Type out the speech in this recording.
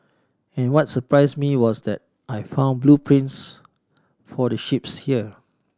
and what surprise me was that I found blueprints for the ships here